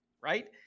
right